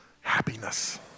happiness